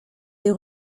des